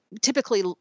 typically